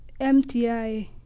MTI